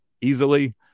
easily